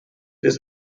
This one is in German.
ist